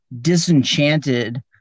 disenchanted